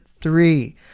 three